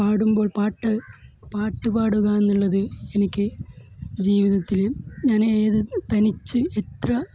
പാടുമ്പോള് പാട്ട് പാട്ട് പാടുക എന്നുള്ളത് എനിക്ക് ജീവിതത്തിൽ ഞാൻ ഏത് തനിച്ച് എത്ര